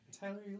Tyler